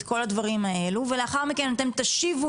את כל הדברים האלה ולאחר מכן אתם תשיבו